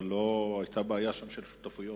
אבל היתה שם בעיה של שותפויות.